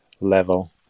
level